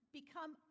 become